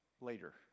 later